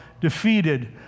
defeated